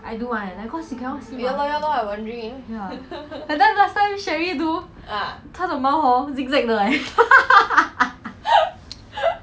I do one eye at a time cause you cannot see mah ya that time last time sherri do 她的毛 hor zigzag 的 leh